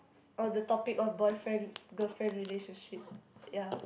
on the topic of boyfriend girlfriend relationship ya